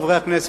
חברי הכנסת,